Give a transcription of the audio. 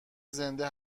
زنده